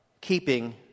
keeping